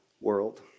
world